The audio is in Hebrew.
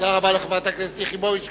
תודה רבה לחברת הכנסת יחימוביץ.